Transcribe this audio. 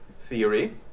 theory